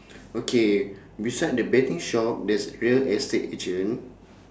okay beside the betting shop there's real estate agent